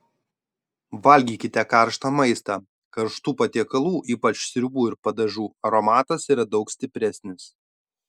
valgykite karštą maistą karštų patiekalų ypač sriubų ir padažų aromatas yra daug stipresnis